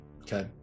Okay